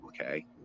okay